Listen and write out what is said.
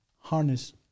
harness